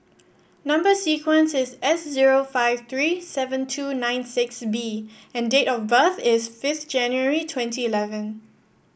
number sequence is S zero five three seven two nine six B and date of birth is fifth January twenty eleven